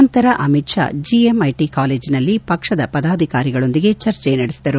ನಂತರ ಅಮಿತ್ ಶಾ ಜಿಎಂಐಟಿ ಕಾಲೇಜಿನಲ್ಲಿ ಪಕ್ಷದ ಪದಾಧಿಕಾರಿಗಕೊಂದಿಗೆ ಚರ್ಜೆ ನಡೆಸಿದರು